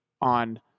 on